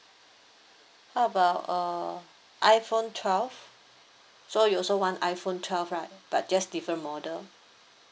how about uh iphone twelve so you also want iphone twelve right but just different model